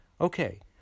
Okay